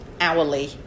hourly